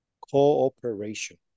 cooperation